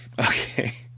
Okay